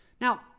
Now